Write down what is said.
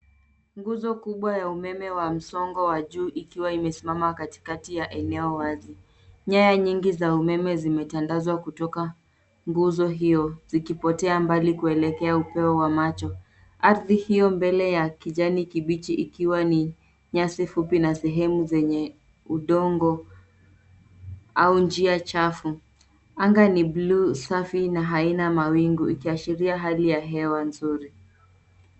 Nguzo kubwa ya umeme wa msongo wa juu ikiwa imesimama katikati ya eneo wazi. Nyaya nyingi za umeme zimetandazwa kutoka nguzo hiyo zikipotea mbali kuelekea upeo wa macho. Ardhi hiyo mbele ya kijani kibichi ikiwa ni nyasi fupi na sehemu zenye udongo au njia chafu. Anga ni blue safi na haina mawingu ikiashiria hali ya hewa nzuri.